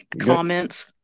comments